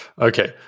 Okay